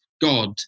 God